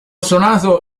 suonato